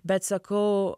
bet sakau